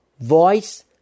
voice